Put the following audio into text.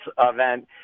event